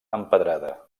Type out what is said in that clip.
empedrada